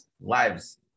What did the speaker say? lives